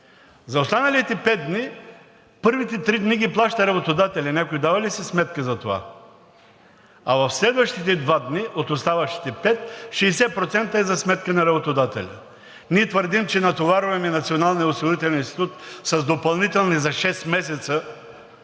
От останалите пет дни първите три ги плаща работодателят. Някой дава ли си сметка за това? А в следващите два дни от оставащите пет 60% са за сметка на работодателя. Ние твърдим, че натоварваме Националния осигурителен институт за шест месеца